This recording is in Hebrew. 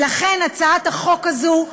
ולכן הצעת החוק הזאת,